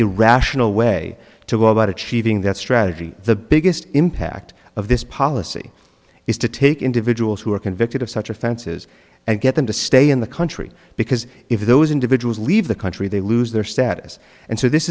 irrational way to go about achieving that strategy the biggest impact of this policy is to take individuals who are convicted of such offenses and get them to stay in the country because if those individuals leave the country they lose their status and so this